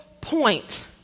point